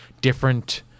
different